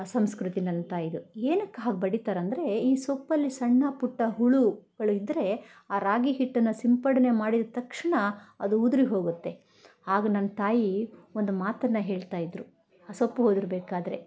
ಸಂಸ್ಕೃತಿ ನನ್ನ ತಾಯಿದು ಏನಕ್ಕೆ ಹಾಗೆ ಬಡಿತಾರಂದರೆ ಈ ಸೊಪ್ಪಲ್ಲಿ ಸಣ್ಣ ಪುಟ್ಟ ಹುಳುಗಳು ಇದ್ರೆ ಆ ರಾಗಿ ಹಿಟ್ಟನ್ನು ಸಿಂಪಡಣೆ ಮಾಡಿದ ತಕ್ಷಣ ಅದು ಉದುರಿ ಹೋಗುತ್ತೆ ಆಗ ನನ್ನ ತಾಯಿ ಒಂದು ಮಾತನ್ನು ಹೇಳ್ತಾಯಿದ್ರು ಆ ಸೊಪ್ಪು ಉದ್ರು ಬೇಕಾದರೆ